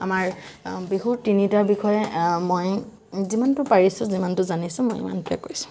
আমাৰ বিহু তিনিটাৰ বিষয়ে মই যিমানটো পাৰিছো যিমানটো জানিছো মই সিমানটোৱে কৈছোঁ